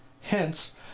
Hence